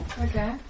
Okay